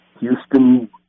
Houston